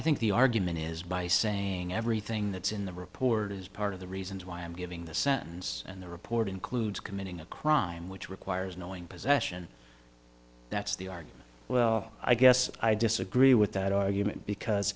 think the argument is by saying everything that's in the report is part of the reasons why i'm giving the sentence and the report includes committing a crime which requires knowing possession that's the argument well i guess i disagree with that argument because